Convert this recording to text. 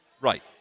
Right